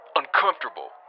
uncomfortable